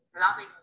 loving